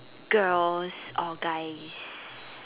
girls or guys